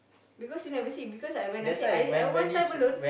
because you never see because when I say I I want time alone